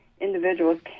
Individuals